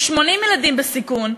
ב-80 ילדים בסיכון,